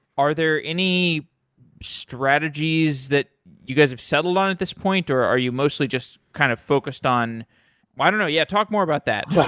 are there any strategies that you guys have settled on at this point or are you mostly just kind of focused on i don't know. yeah, talk more about that.